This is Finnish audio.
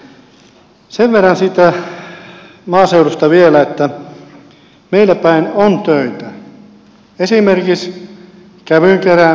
sen verran siitä maaseudusta vielä että meilläpäin on töitä esimerkiksi kävyn keräämistä